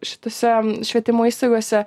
šitose švietimo įstaigose